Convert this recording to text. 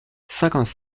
cinquante